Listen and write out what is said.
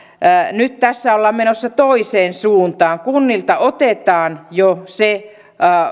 nyt tässä ollaan menossa toiseen suuntaan kunnilta otetaan se